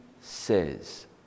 says